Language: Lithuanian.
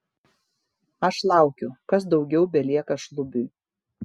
aš laukiu kas daugiau belieka šlubiui